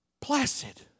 placid